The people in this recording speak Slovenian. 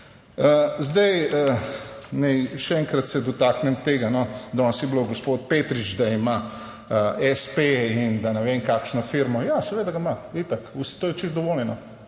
naj še enkrat se dotaknem tega, no, danes je bilo, gospod Petrič, da ima espe in da ne vem kakšno firmo. Ja seveda ga ima, itak, vse…, to je čisto dovoljeno,